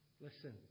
listen